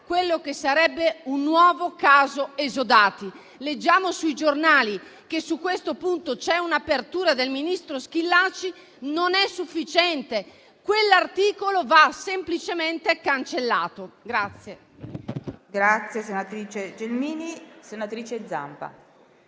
quello che sarebbe un nuovo caso esodati. Leggiamo sui giornali che su questo punto c'è un'apertura del ministro Schillaci, ma non è sufficiente: quell'articolo va semplicemente cancellato.